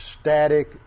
static